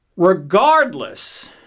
regardless